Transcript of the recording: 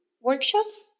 workshops